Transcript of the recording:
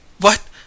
what